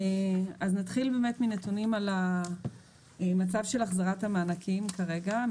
נתחיל מנתונים כמותיים על מצב החזרת המענקים כרגע.